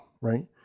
right